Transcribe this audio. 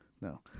no